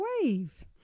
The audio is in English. wave